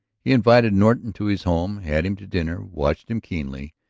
he invited norton to his home, had him to dinner, watched him keenly,